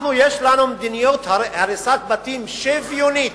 אנחנו, יש לנו מדיניות הריסת בתים שוויונית.